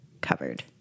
covered